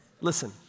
Listen